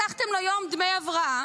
לקחתם לו יום דמי הבראה.